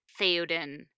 Theoden